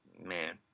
Man